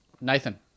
Nathan